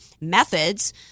methods